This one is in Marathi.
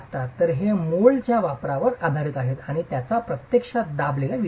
तर हे मोल्डच्या वापरावर आधारित आहेत आणि त्या प्रत्यक्षात दाबलेल्या विटा आहेत